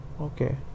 Okay